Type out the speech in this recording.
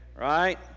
Right